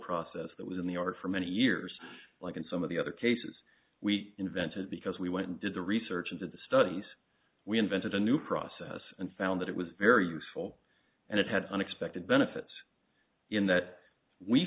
process that was in the order for many years like in some of the other cases we invented because we went and did the research into the studies we invented a new process and found that it was very useful and it had unexpected benefits in that we